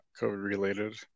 COVID-related